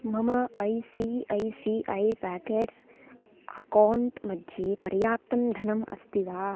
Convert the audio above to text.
मम I C I C I packets account मध्ये पर्याप्तंं धनम् अस्ति वा